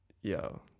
Yo